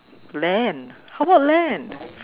land how about land